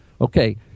Okay